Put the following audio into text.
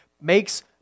makes